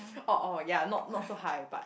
orh orh ya not not so high but